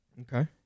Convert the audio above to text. okay